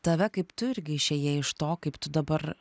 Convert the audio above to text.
tave kaip tu irgi išėjai iš to kaip tu dabar